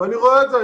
ואני רואה את זה,